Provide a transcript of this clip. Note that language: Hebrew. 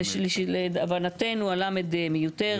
להבנתנו, ה-ל' מיותרת.